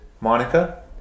Monica